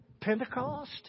Pentecost